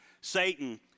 Satan